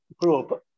group